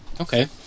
Okay